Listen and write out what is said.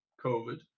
COVID